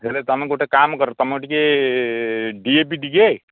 ହେଲେ ତୁମେ ଗୋଟେ କାମ କର ତୁମେ ଟିକେ ଡି ଏ ପି ଟିକେ